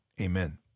amen